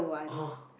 ah